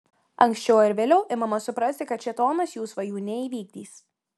anksčiau ar vėliau imama suprasti kad šėtonas jų svajų neįvykdys